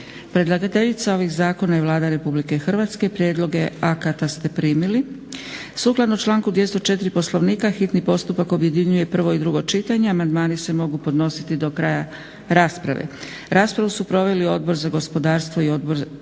Predlagateljica ovih zakona je Vlada RH. Prijedloge akata ste primili. Sukladno članku 204. Poslovnika, hitni postupak objedinjuje prvo i drugo čitanje, amandmani se mogu podnositi do kraja rasprave. Raspravu su proveli Odbor za gospodarstvo i Odbor za